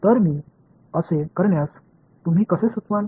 तर मी असे करण्यास तुम्ही कसे सुचवाल